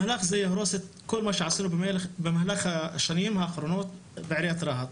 מהלך זה יהרוס את כל מה שעשינו במהלך השנים האחרונות בעיריית רהט.